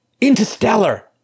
Interstellar